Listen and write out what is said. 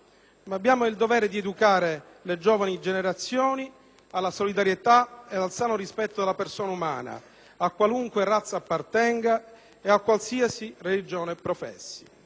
ma abbiamo il dovere di educare le giovani generazioni alla solidarietà e al sano rispetto della persona umana, a qualunque razza appartenga e qualsiasi religione professi.